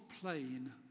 plain